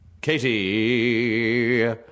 Katie